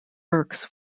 berks